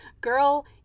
girl